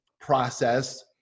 process